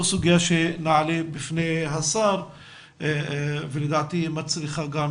סוגיה שנעלה בפני השר ולדעתי היא גם מצריכה